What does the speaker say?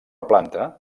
planta